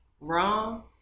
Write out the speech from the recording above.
wrong